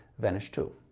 vanish, too.